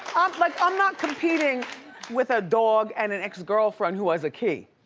like i'm not competing with a dog and an ex-girlfriend who has a key.